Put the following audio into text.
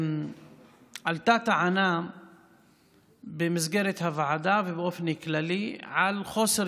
עלתה טענה במסגרת הוועדה ובאופן כללי על חוסר